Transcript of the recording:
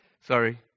Sorry